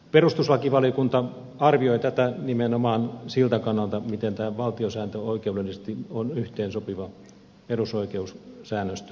perustuslakivaliokunta arvioi tätä nimenomaan siltä kannalta miten tämä valtiosääntöoikeudellisesti on yhteensopiva perusoikeussäännöstön kanssa